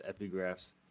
epigraphs